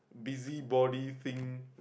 busybody thing